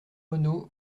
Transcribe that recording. monod